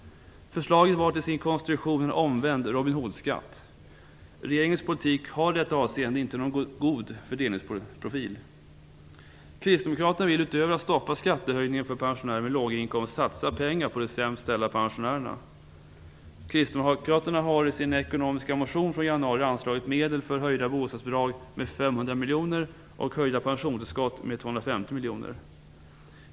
Förslaget var till sin konstruktion en omvänd Robin Hood-skatt. Regeringens politik har i detta avseende inte någon god fördelningsprofil. Kristdemokraterna vill utöver att stoppa skattehöjningen för pensionärer med låga inkomster satsa pengar på de sämst ställda pensionärerna. Kristdemokraterna har i sin ekonomiska motion från januari anslagit medel för höjda bostadsbidrag med 500 miljoner och höjda pensionstillskott med 250 miljoner.